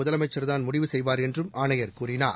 முதலமைச்சர்தான் முடிவு செய்வார் என்றும் ஆணையர் கூறினார்